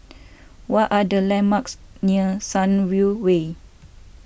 what are the landmarks near Sunview Way